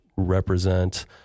represent